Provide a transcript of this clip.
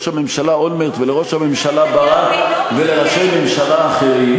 הממשלה אולמרט ולראש הממשלה ברק ולראשי ממשלה אחרים,